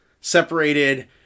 separated